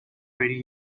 pretty